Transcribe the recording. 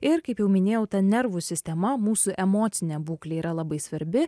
ir kaip jau minėjau ta nervų sistema mūsų emocinė būklė yra labai svarbi